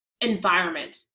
environment